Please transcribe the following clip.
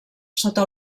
sota